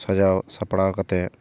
ᱥᱟᱡᱟᱣ ᱥᱟᱯᱲᱟᱣ ᱠᱟᱛᱮ